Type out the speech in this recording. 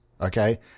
Okay